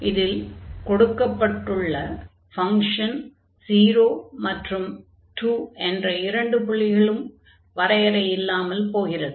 இதில் கொடுக்கப்பட்டுள்ள ஃபங்ஷன் 0 மற்றும் 2 என்ற இரண்டு புள்ளிகளில் வரையறை இல்லாமல் போகிறது